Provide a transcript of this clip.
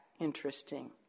interesting